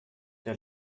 der